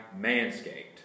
Manscaped